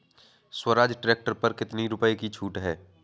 Swaraj tractor पर कितनी रुपये की छूट है?